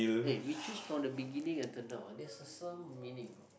eh we choose from the beginning until now ah there's a some meaning you know